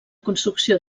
construcció